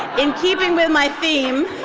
in keeping with my theme,